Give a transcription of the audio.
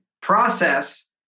process